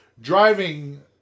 driving